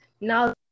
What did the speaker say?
Now